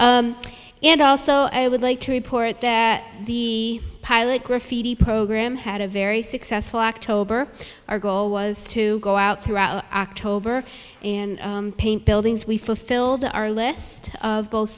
and and also i would like to report their the pilot graffiti program had a very successful october our goal was to go out throughout october and and paint buildings we fulfilled our list